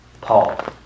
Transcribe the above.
Paul